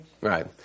right